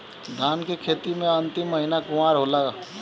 धान के खेती मे अन्तिम महीना कुवार होला?